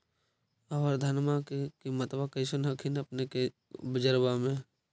अबर धानमा के किमत्बा कैसन हखिन अपने के बजरबा में?